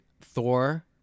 Thor